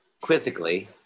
quizzically